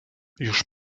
już